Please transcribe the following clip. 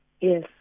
Yes